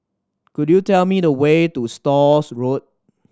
could you tell me the way to Stores Road